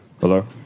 Hello